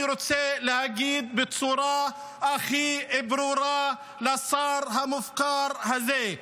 אני רוצה להגיד בצורה הכי ברורה לשר המופקר הזה: